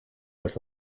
north